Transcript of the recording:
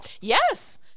Yes